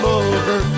over